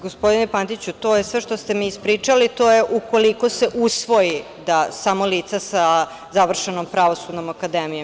Gospodine Pantiću, sve ovo što ste mi ispričali je ukoliko se usvoji da samo lica sa završenom Pravosudnom akademijom.